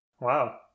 Wow